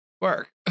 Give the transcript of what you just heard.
Work